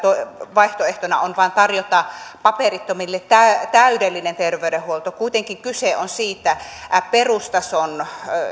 vaihtoehtona on vain tarjota paperittomille täydellinen terveydenhuolto kuitenkin kyse on siitä perustason